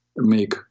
make